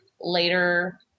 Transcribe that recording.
later